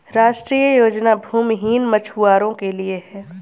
राष्ट्रीय योजना भूमिहीन मछुवारो के लिए है